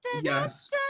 Yes